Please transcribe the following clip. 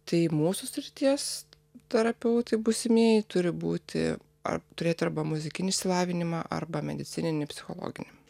tai mūsų srities terapeutai būsimieji turi būti ar turėti arba muzikinį išsilavinimą arba medicininį psichologinį